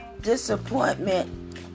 disappointment